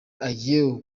ayew